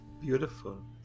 Beautiful